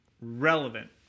relevant